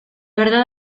verdad